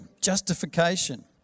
justification